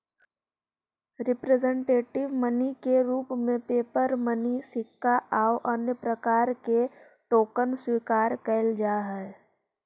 representative money के रूप में पेपर मनी सिक्का आउ अन्य प्रकार के टोकन स्वीकार कैल जा हई